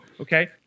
Okay